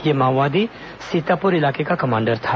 यह माओवादी सीतापुर इलाके का कमांडर था